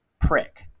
prick